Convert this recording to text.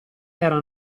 era